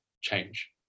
change